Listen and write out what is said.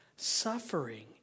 Suffering